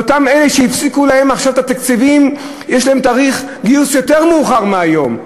לאלו שהפסיקו להם את התקציבים יש תאריך מאוחר יותר מהיום.